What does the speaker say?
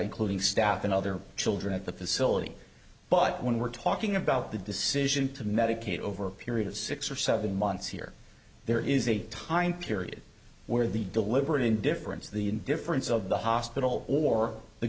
clothing staff and other children at the facility but when we're talking about the decision to medicate over a period of six or seven months here there is a time period where the deliberate indifference the indifference of the hospital or the